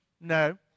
no